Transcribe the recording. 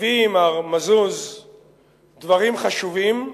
הביא מר מזוז דברים חשובים,